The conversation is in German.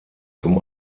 zum